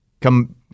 come